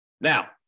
Now